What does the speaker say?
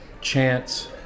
chance